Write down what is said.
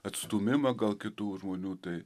atstūmimą gal kitų žmonių tai